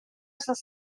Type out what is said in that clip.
ses